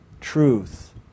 truth